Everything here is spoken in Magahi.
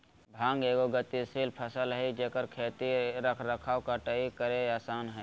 भांग एगो गतिशील फसल हइ जेकर खेती रख रखाव कटाई करेय आसन हइ